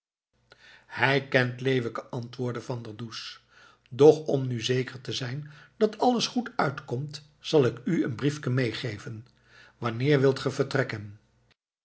hij kent leeuwke antwoordde van der does doch om nu zeker te zijn dat alles goed uitkomt zal ik u een briefken meegeven wanneer wilt gij vertrekken